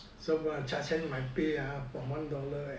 charge hand my pay ah from one dollar